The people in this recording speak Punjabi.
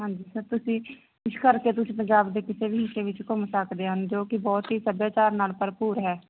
ਹਾਂਜੀ ਸਰ ਤੁਸੀਂ ਇਸ ਕਰਕੇ ਤੁਸੀਂ ਪੰਜਾਬ ਦੇ ਕਿਸੇ ਵੀ ਹਿੱਸੇ ਵਿੱਚ ਘੁੰਮ ਸਕਦੇ ਹਨ ਜੋ ਕਿ ਬਹੁਤ ਹੀ ਸੱਭਿਆਚਾਰ ਨਾਲ ਭਰਪੂਰ ਹੈ